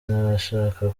n’abashaka